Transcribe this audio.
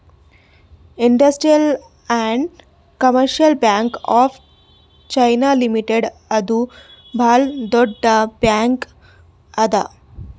industrial and commercial bank of China limited ಇದು ಭಾಳ್ ದೊಡ್ಡ ಬ್ಯಾಂಕ್ ಅದಾ